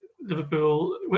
Liverpool